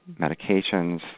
medications